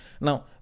Now